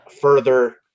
further